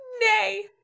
Nay